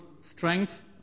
strength